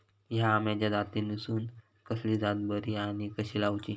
हया आम्याच्या जातीनिसून कसली जात बरी आनी कशी लाऊची?